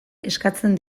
eskatzen